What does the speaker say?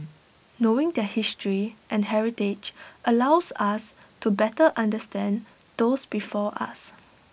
knowing their history and heritage allows us to better understand those before us